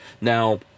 Now